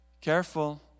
Careful